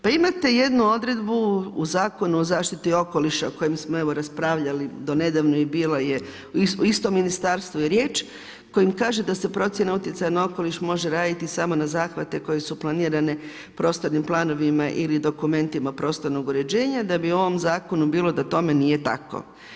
Pa imate jednu odredbu u Zakonu o zaštiti okoliša o kojem smo raspravljali do nedavno i o istom ministarstvu je riječ kojim kaže da se procjena utjecaja na okoliš može raditi samo na zahvate koji su planirane prostornim planovima ili dokumentima prostornog uređenja da bi u ovom zakonu bilo da tome nije tako.